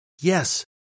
Yes